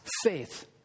faith